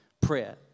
prayer